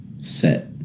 set